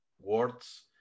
words